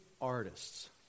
artists